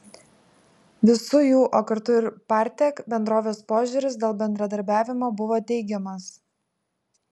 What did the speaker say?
visų jų o kartu ir partek bendrovės požiūris dėl bendradarbiavimo buvo teigiamas